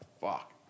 fuck